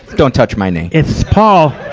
don't touch my knee. it's paul.